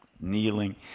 kneeling